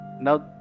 Now